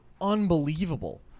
unbelievable